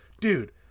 Dude